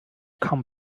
come